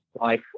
life